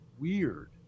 weird